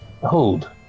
hold